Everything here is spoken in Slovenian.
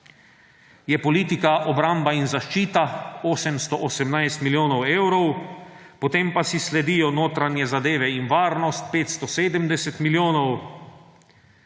je politika Obramba in zaščita – 818 milijonov evrov, potem pa si sledijo notranje zadeve in varnost – 570 milijonov,